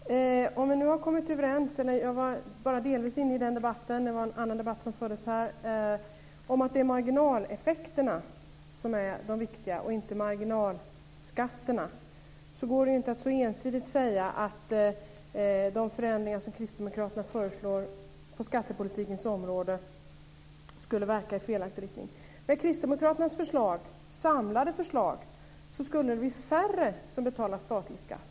Fru talman! Om vi nu har kommit överens - jag vara bara delvis inne i den debatten; det var en annan debatt som fördes här - om att det är marginaleffekterna som är viktiga och inte marginalskatterna går det ju inte att så ensidigt säga att de förändringar som kristdemokraterna föreslår på skattepolitikens område skulle verka i felaktig riktning. Med kristdemokraternas samlade förslag skulle det bli färre som betalar statlig skatt.